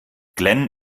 glenn